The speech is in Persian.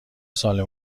سال